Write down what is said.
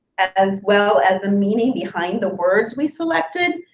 as well as the meaning behind the words we selected,